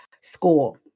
School